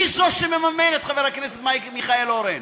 היא זו שמממנת, חבר הכנסת מייקל מיכאל אורן.